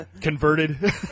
converted